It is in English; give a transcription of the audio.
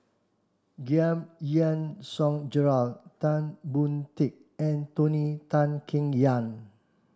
Giam Yean Song Gerald Tan Boon Teik and Tony Tan Keng Yam